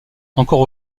encore